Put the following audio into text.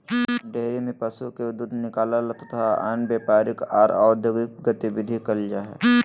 dairy में पशु के दूध निकालल तथा अन्य व्यापारिक आर औद्योगिक गतिविधि कईल जा हई